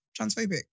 transphobic